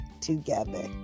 together